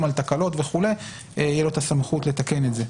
על תקלות וכו' תהיה לו הסמכות לתקן את זה.